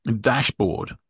dashboard